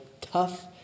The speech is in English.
Tough